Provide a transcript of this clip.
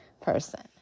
person